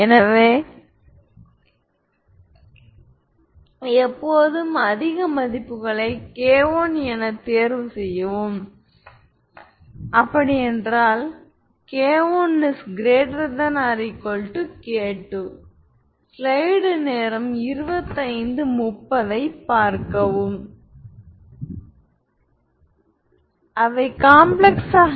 நாம் ஐகென் மதிப்புகள் மற்றும் ஐகென் வெக்டாரின் வரையறை எழுத v1 ஆனது λ உடன் தொடர்புடைய ஐகென் வெக்டார்